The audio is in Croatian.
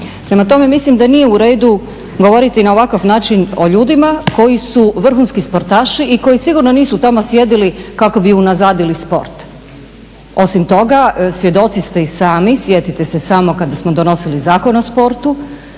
Prema tome mislim da nije u redu govoriti na ovakav način o ljudima koji su vrhunski sportaši i koji sigurno nisu tamo sjedili kako bi unazadili sport. Osim toga svjedoci ste i sami, sjetite se samo kada smo donosili Zakon o sportu